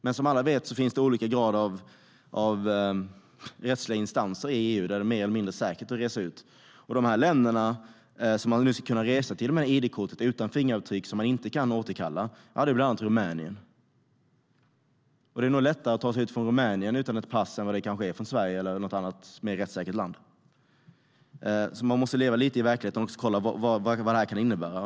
Men som alla vet finns det olika grader av rättsliga instanser i EU, där det är mer eller mindre säkert att resa ut. De länder man ska kunna resa till med det här id-kortet utan fingeravtryck som man inte kan återkalla är bland annat Rumänien. Och det är nog lättare att ta sig ut från Rumänien utan ett pass än det är från Sverige eller något annat mer rättssäkert land. Man måste leva lite i verkligheten också och kolla vad det här kan innebära.